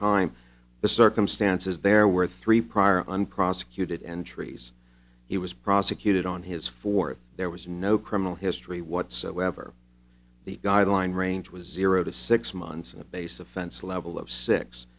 time the circumstances there were three prior unprosecuted entries he was prosecuted on his for if there was no criminal history whatsoever the guideline range was zero to six months and a base offense level of six